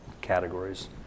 categories